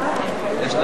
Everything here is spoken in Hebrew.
התשס"ט 2009,